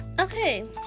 Okay